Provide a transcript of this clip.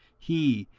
he,